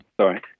sorry